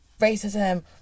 racism